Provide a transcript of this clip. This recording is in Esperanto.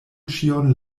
ĉion